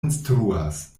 instruas